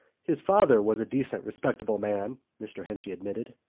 his father was a decent, respectable man, mr. henchy admitted.